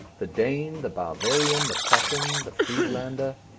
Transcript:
the dane, the bavarian, the prussian, the frieslander,